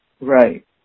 Right